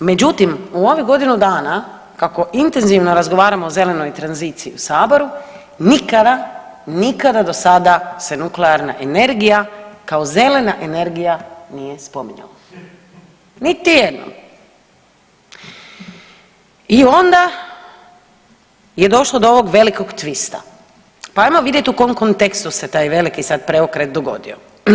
Međutim, u ovih godinu dana kako intenzivno razgovaramo o zelenoj tranziciji u saboru nikada, nikada do sada se nuklearna energija kao zelena energija nije spominjala, niti jednom i onda je došlo do ovog velikog tvista, pa ajmo vidjet u kom kontekstu se taj veliki sad preokret dogodio.